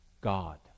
God